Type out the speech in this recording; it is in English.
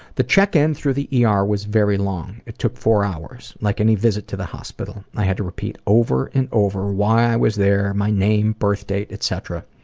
the check-in through the yeah ah er was very long. it took four hours. like any visit to the hospital. i had to repeat over and over why i was there, my name, birth date, etc.